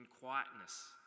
quietness